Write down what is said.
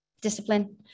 Discipline